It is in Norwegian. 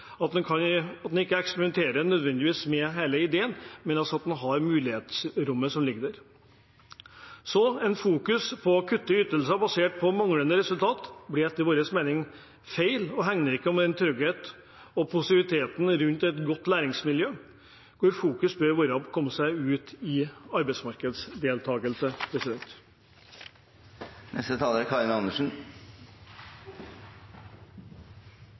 at man ikke nødvendigvis eksperimenterer med hele ideen, men at man har det mulighetsrommet som ligger der. Å fokusere på å kutte ytelser basert på manglende resultater blir etter vår mening feil, og det hegner ikke om tryggheten og positiviteten rundt et godt læringsmiljø, hvor fokus bør være å komme seg ut i